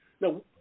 Now